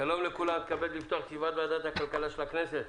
מתכבד לפתוח את ישיבת ועדת הכלכלה של הכנסת.